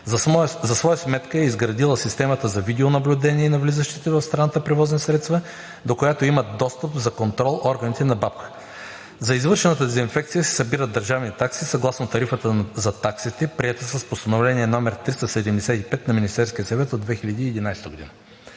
За своя сметка е изградила системата за видеонаблюдение на влизащите в страната превозни средства, до която имат достъп за контрол органите на БАБХ. За извършената дезинфекция се събират държавни такси съгласно Тарифата за таксите, приета с Постановление № 375 на Министерския съвет от 2011 г.